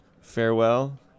farewell